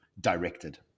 directed